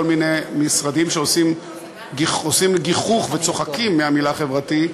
כל מיני משרדים שעושים גיחוך וצוחקים מהמילה "חברתי",